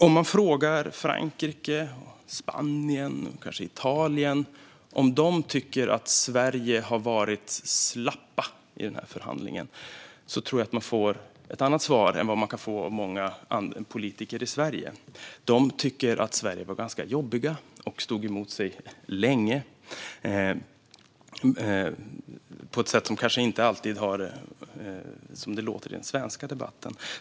Om man frågar Frankrike, Spanien och kanske Italien om de tycker att Sverige har varit slappa i den här förhandlingen tror jag att man får ett annat svar än det man kan få av många politiker i Sverige. Dessa länder tycker att vi i Sverige var ganska jobbiga och stod emot länge. Så låter det kanske inte alltid i den svenska debatten.